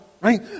right